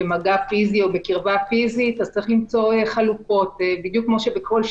אז גם לתשומת ליבכם להעביר אלינו את הנתונים כפי שהתבקשתם עם